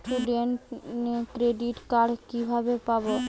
Student credit card কিভাবে পাব?